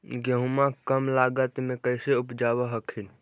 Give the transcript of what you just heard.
गेहुमा कम लागत मे कैसे उपजाब हखिन?